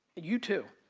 you too,